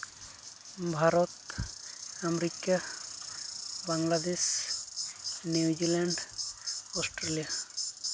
Bharat America Bangladesh New Zealand Australia